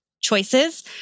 choices